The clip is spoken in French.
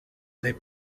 des